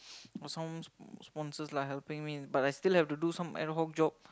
got some sponsors lah helping me but I still have to do some ad hoc job